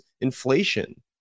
inflation